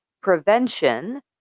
Prevention